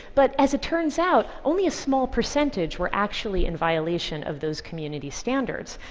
but as it turns out, only a small percentage were actually in violation of those community standards.